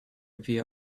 via